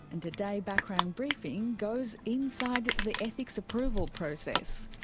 and today background briefing goes inside the ethics approval process.